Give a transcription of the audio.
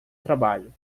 trabalho